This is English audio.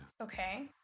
Okay